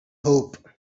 hope